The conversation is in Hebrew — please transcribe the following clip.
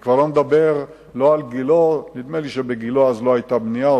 אני כבר לא מדבר על גילה נדמה לי שבגילה אז לא היתה בנייה,